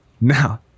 now